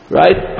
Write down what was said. right